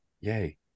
Yay